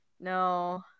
no